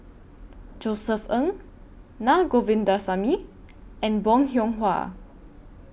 Josef Ng Naa Govindasamy and Bong Hiong Hwa